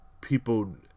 people